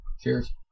Cheers